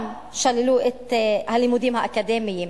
גם שללו את הלימודים האקדמיים,